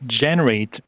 generate